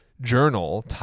journal